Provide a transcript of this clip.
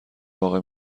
واقع